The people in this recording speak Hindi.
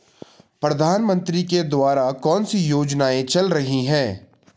प्रधानमंत्री के द्वारा कौनसी योजनाएँ चल रही हैं?